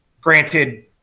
Granted